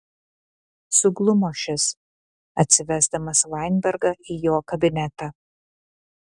suglumo šis atsivesdamas vainbergą į jo kabinetą